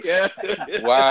Wow